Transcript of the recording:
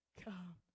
Come